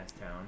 town